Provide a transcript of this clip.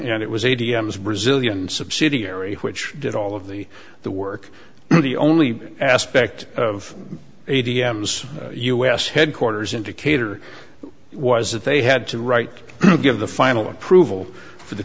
and it was a t m s brazilian subsidiary which did all of the the work the only aspect of a t m s u s headquarters in decatur was that they had to write give the final approval for the